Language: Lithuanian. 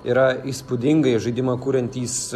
yra įspūdingai žaidimą kuriantys